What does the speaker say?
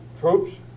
troops